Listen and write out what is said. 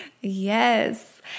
Yes